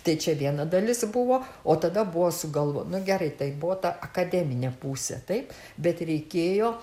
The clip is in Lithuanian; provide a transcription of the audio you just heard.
tai čia viena dalis buvo o tada buvo sugalvo nu gerai tai buvo ta akademinė pusė taip bet reikėjo